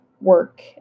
work